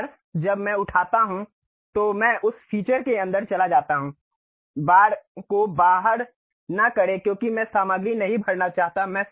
एक बार जब मैं उठाता हूं तो मैं उस फीचर के अंदर चला जाता हूं बार को बाहर न करें क्योंकि मैं सामग्री नहीं भरना चाहता